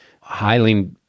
highly